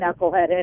knuckleheaded